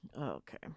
Okay